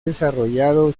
desarrollado